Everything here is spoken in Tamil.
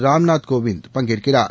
ராம்நாத் கோவிந்த் பங்கேற்கிறார்